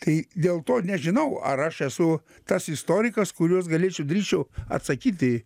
tai dėl to nežinau ar aš esu tas istorikas kuris galėčiau drįsčiau atsakyti